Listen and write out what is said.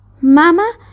Mama